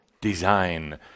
design